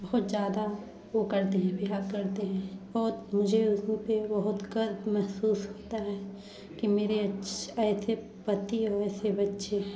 बहुत ज़्यादा वो करते हैं प्यार करते हैं बहुत मुझे उसमें फिर बहुत गर्व महसूस होता है कि मेरे ऐसे पति और ऐसे बच्चे हैं